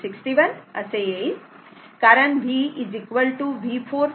61 असे येईल कारण VV4 V3 आहे